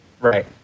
Right